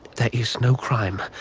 there is no crime.